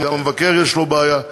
גם למבקר יש בעיה,